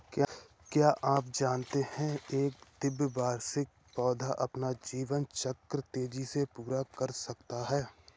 क्या आप जानते है एक द्विवार्षिक पौधा अपना जीवन चक्र तेजी से पूरा कर सकता है?